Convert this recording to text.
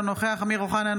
אינו נוכח אמיר אוחנה,